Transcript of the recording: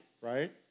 right